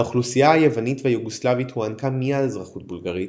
לאוכלוסייה היוונית והיוגוסלבית הוענקה מיד אזרחות בולגרית,